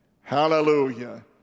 Hallelujah